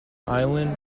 island